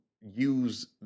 use